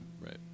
Right